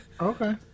Okay